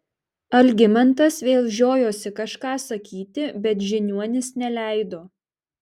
algimantas vėl žiojosi kažką sakyti bet žiniuonis neleido